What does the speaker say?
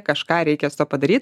kažką reikia su tuo padaryt